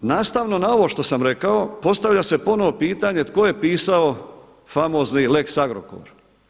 Nastavno na ovo što sam rekao postavlja se ponovo pitanje tko je pisao famozni lex Agrokor.